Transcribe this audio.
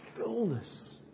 fullness